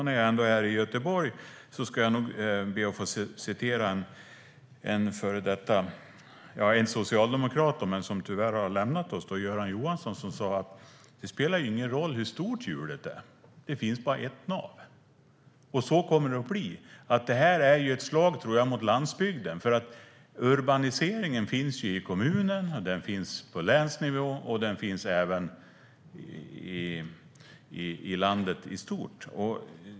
När jag ändå är i Göteborg ska jag be att få citera en socialdemokrat som tyvärr har lämnat oss, nämligen Göran Johansson. Han sa: Det spelar ingen roll hur stort hjulet är. Det finns bara ett nav. Så kommer det att bli, tror jag. Detta är ett slag mot landsbygden. Urbaniseringen finns ju i kommunen. Den finns på länsnivå och även i landet i stort.